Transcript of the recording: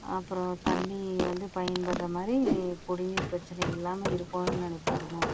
அப்புறம் தண்ணி வந்து பயன்படுகிற மாதிரி குடிநீர் பிரச்சனை இல்லாமல் இருக்கணும்னு நினைப்பாருங்க